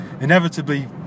inevitably